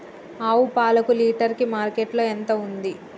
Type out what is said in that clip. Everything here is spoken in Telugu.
ఆవు పాలకు లీటర్ కి మార్కెట్ లో ఎంత ఉంది?